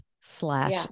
slash